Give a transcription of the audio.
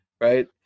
right